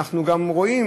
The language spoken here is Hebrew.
אנחנו גם רואים,